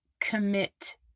commit